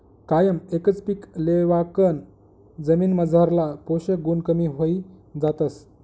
कायम एकच पीक लेवाकन जमीनमझारला पोषक गुण कमी व्हयी जातस